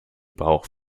bauch